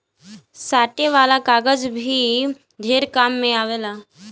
साटे वाला कागज भी ढेर काम मे आवेला